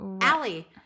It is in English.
Allie